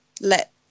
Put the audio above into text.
let